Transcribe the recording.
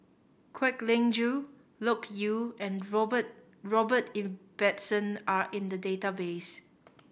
Kwek Leng Joo Loke Yew and Robert Robert Ibbetson are in the database